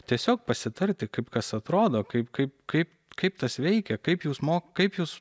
tiesiog pasitarti kaip kas atrodo kaip kaip kaip kaip tas veikia kaip jūs mo kaip jūs